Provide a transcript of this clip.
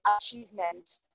achievement